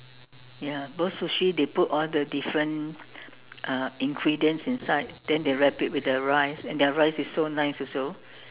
ya because sushi they put all the different uh ingredients inside then they wrap it with the rice and their rice is so nice also